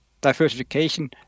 diversification